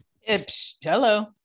hello